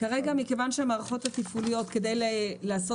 כרגע מכיוון שהמערכות התפעוליות כדי לעשות